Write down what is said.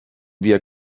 wir